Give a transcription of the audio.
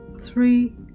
three